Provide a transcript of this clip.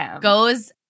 goes